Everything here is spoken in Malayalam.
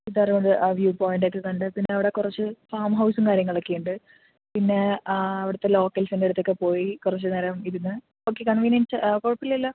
സീതാർഗുണ്ടിൽ ആ വ്യൂ പൊയൻ്റൊക്കെ കണ്ടതിൽപ്പിന്നെ അവിടെ കുറച്ചു ഫാം ഹൗസും കാര്യങ്ങളുമൊക്കെ ഉണ്ട് പിന്നെ അവിടുത്തെ ലോക്കൽസിൻ്റെയൊക്കെ അടുത്തൊക്കെ പോയി കുറച്ചു നേരം ഇരുന്ന് ഓക്കെ കൺവീനിയൻസ് കുഴപ്പമില്ലല്ലോ